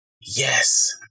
Yes